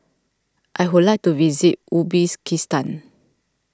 I would like to visit Uzbekistan